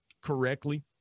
correctly